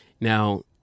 Now